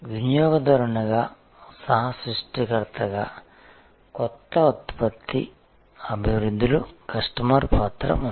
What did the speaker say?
వినియోగదారుగా సహ సృష్టికర్తగా కొత్త ఉత్పత్తి అభివృద్ధిలో కస్టమర్ పాత్ర ఉంది